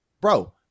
bro